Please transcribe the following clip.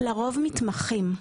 לרוב מתמחים,